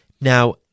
Now